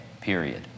period